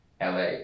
la